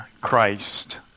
Christ